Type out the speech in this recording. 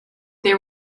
they